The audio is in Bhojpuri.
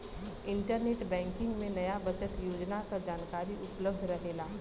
इंटरनेट बैंकिंग में नया बचत योजना क जानकारी उपलब्ध रहेला